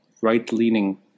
right-leaning